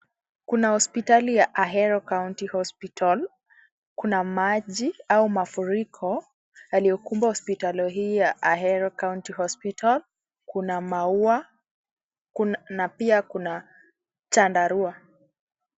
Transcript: Kuna hospitali ya Ahero County hospital kuna maji au mafuriko yaliyo kumba hospitali hii ya Ahero county hospital, kuna maua na pia kuna chandarua.